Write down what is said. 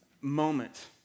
moment